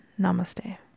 Namaste